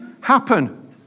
happen